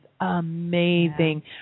amazing